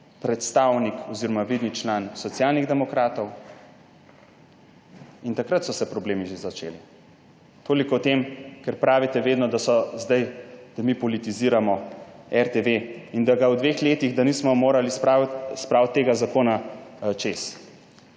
predstavnik oziroma vidni član Socialnih demokratov. In takrat so se problemi že začeli. Toliko o tem, ker pravite vedno, da mi politiziramo RTV in da v dveh letih nismo mogli spraviti tega zakona skozi.